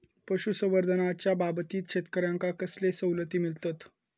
पशुसंवर्धनाच्याबाबतीत शेतकऱ्यांका कसले सवलती मिळतत?